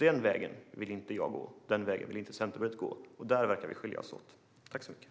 Den vägen vill inte jag och Centerpartiet gå, och där verkar vi skilja oss åt.